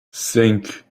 cinq